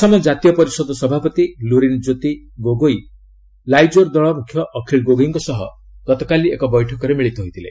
ଆସାମ ଜାତୀୟ ପରିଷଦ ସଭାପତି ଲୁରିନ୍ ଜ୍ୟୋତି ଗୋଗୋଇ ଲାଇଜୋର ଦଳ ମୁଖ୍ୟ ଅଖିଳ ଗୋଗୋଇଙ୍କ ସହ ଗତକାଲି ଏକ ବୈଠକରେ ମିଳିତ ହୋଇଥିଲେ